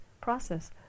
process